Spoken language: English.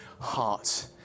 heart